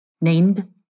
named